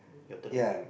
your turn ya